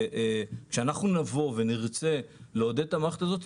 כשאנחנו נבוא ונרצה לעודד את המערכת הזאת,